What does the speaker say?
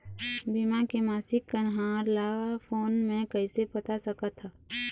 बीमा के मासिक कन्हार ला फ़ोन मे कइसे पता सकत ह?